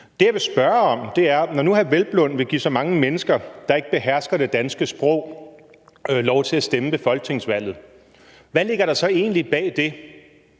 Det, jeg vil spørge om, er: Når nu hr. Hvelplund vil give så mange mennesker, der ikke behersker det danske sprog, lov til at stemme ved folketingsvalget, hvad ligger der så egentlig bag det?